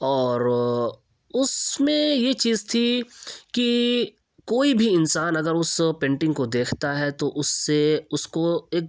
اور اس میں یہ چیز تھی کہ کوئی بھی انسان اگر اس پینٹنگ کو دیکھتا ہے تو اس سے اس کو ایک